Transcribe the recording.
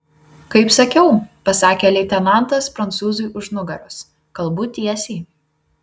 kaip sakiau pasakė leitenantas prancūzui už nugaros kalbu tiesiai